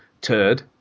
turd